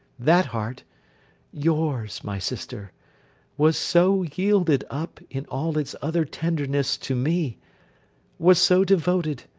that heart yours, my sister was so yielded up, in all its other tenderness, to me was so devoted,